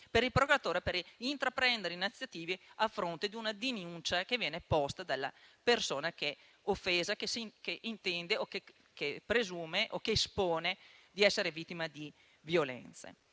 per il procuratore - per intraprendere iniziative a fronte di una denuncia che viene posta dalla persona offesa che intende, che presume o che espone di essere vittima di violenza.